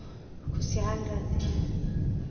खुशहाल रहते हैं